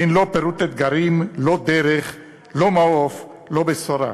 אין פירוט אתגרים, לא דרך, לא מעוף, לא בשורה.